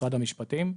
משרד המשפטים.